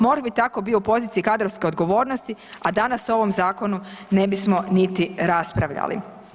MORH bi tako bio u poziciji kadrovske odgovornosti, a danas o ovom zakonu ne bismo niti raspravljali.